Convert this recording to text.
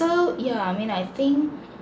so yeah I mean I think